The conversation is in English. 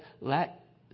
let